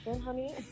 honey